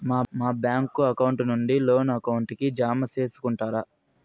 మా bank account నుండి loan account కి జామ సేసుకుంటారా?